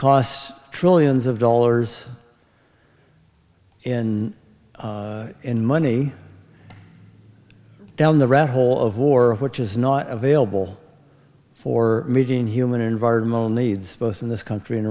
costs trillions of dollars in in money down the rabbit hole of war which is not available for meeting human environment needs both in this country and